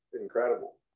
incredible